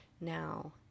now